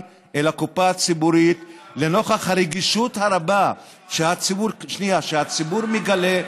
לקופה הציבורית לנוכח הרגישות הרבה שהציבור מגלה,